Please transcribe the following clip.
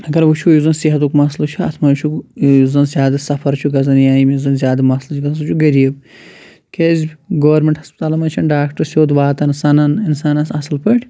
اَگر وُچھُو یُس زَن صحتُک مسلہٕ چھُ اَتھ منٛز چھُ یُس زَن زیادٕ سفر چھِ گژھان یا ییٚمِس زَن زیادٕ مسلہٕ چھِ گژھان سُہ چھُ غریٖب کیٛازِ گورمیٚنٛٹ ہَسپتالَن منٛز چھِنہٕ ڈاکٹر سیٛود واتان سَنان اِنسانَس اصٕل پٲٹھۍ